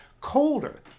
colder